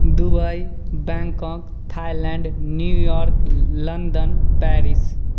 Dubai Bangkok Thailand New York London Paris